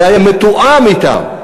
זה היה מתואם אתם.